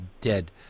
dead